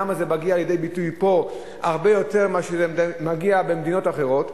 למה זה מגיע לידי ביטוי פה הרבה יותר מאשר במדינות אחרות?